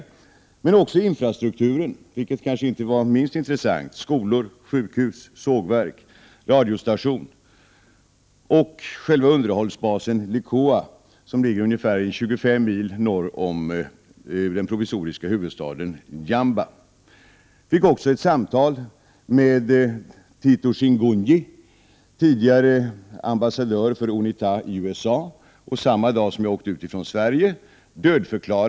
Jag fick även tillfälle att studera infrastrukturen, vilket kanske inte var minst intressant — skolor, sjukhus, sågverk, radiostation och själva underhållsbasen Liciéa som ligger ungefär 25 mil norr om den provisoriska huvudstaden Jamba. Jag fick också ett samtal med Tito Chingunji, tidigare ambassadör för Unita i USA. Samma dag som jag åkte ut från Sverige dödförklarades han.